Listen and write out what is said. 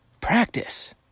Practice